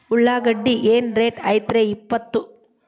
ಉಳ್ಳಾಗಡ್ಡಿ ಏನ್ ರೇಟ್ ಐತ್ರೇ ಇಪ್ಪತ್ತು?